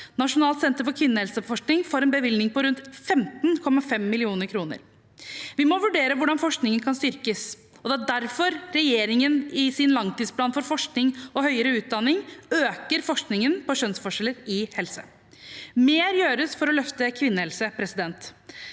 Nasjonalt senter for kvinnehelseforskning får en bevilgning på rundt 15,5 mill. kr. Vi må vurdere hvordan forskningen kan styrkes, og det er derfor regjeringen i sin langtidsplan for forskning og høyere utdanning øker forskningen på kjønnsforskjeller i helse. Mer gjøres for å løfte kvinnehelse. Vi